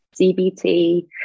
CBT